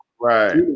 Right